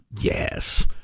yes